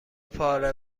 پاره